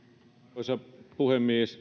arvoisa puhemies